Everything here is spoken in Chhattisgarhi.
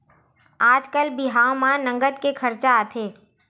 आजकाल बिहाव म नँगत के खरचा आथे